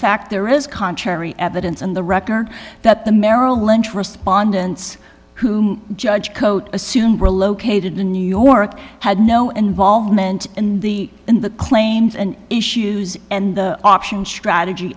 fact there is contrary evidence on the record that the merrill lynch respondents who judge cote assumed were located in new york had no involvement in the in the claims and issues and the option strategy